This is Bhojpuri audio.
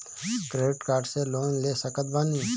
क्रेडिट कार्ड से लोन ले सकत बानी?